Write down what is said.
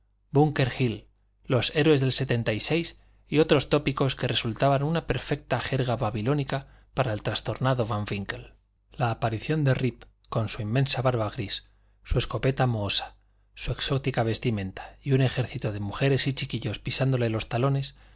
búnker hill los héroes del setenta y seis y otros tópicos que resultaban una perfecta jerga babilónica para el trastornado van winkle la aparición de rip con su inmensa barba gris su escopeta mohosa su exótica vestimenta y un ejército de mujeres y chiquillos pisándole los talones